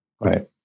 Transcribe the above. right